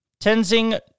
Tenzing